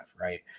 Right